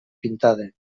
pintada